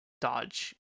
dodge